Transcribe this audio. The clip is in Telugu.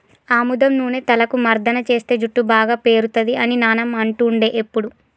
ఆముదం నూనె తలకు మర్దన చేస్తే జుట్టు బాగా పేరుతది అని నానమ్మ అంటుండే ఎప్పుడు